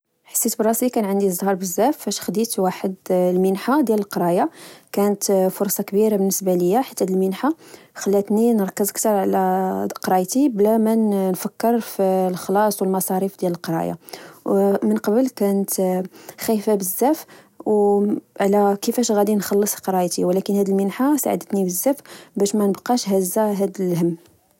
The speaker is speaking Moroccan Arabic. حسيت براسي كان عندي بزاف الزهر فاش خديت واحد المنحة ديال القراية. كانت فرصة كبيرة بالنسبة ليا، حيث المنحة خلاتني نركز على قرايتي بلا ما نفكر فالخلاص و المصاريف ديال القراية. أو من قبل كنت خايفة بزاف على كفاش غدي نخلص قرايتي، ولكن هاد المنحة ساعدتني بزاف باش منبقاش هازة هاد الهم